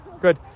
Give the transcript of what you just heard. Good